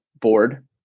board